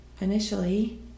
initially